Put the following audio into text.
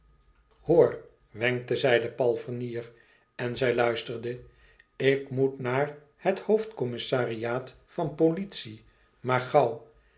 hoor wenkte zij den palfrenier en zij fluisterde ik moet naar het hoofdcommissariaat van politie maar gauw